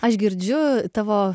aš girdžiu tavo